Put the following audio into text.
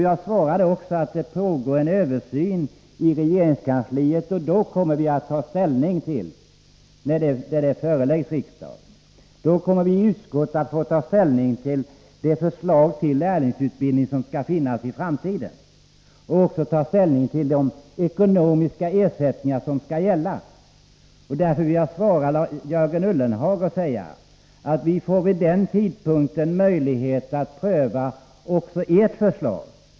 Jag svarade också att det pågår en översyn i regeringskansliet. När frågan föreläggs riksdagen kommer vi i utskottet att få ta ställning till det förslag till framtida lärlingsutbildning och de ekonomiska ersättningar som skall gälla. Jag kan svara Jörgen Ullenhag med att vi vid den tidpunkten också får möjlighet att pröva ert förslag.